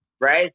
right